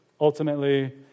ultimately